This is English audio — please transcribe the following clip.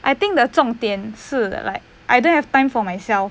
I think 的重点是 like I don't have time for myself